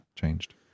changed